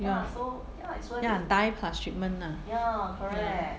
ya ya dye plus treatment ah ya